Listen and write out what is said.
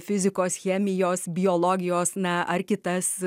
fizikos chemijos biologijos na ar kitas